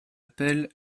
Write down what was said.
appellent